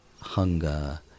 hunger